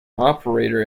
operator